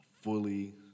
fully